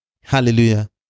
Hallelujah